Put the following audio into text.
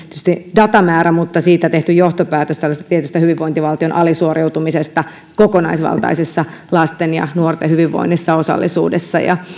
datamäärä mutta myös siitä tehty johtopäätös tällaisesta tietystä hyvinvointivaltion alisuoriutumisesta kokonaisvaltaisessa lasten ja nuorten hyvinvoinnissa osallisuudessa ja